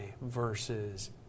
versus